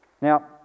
Now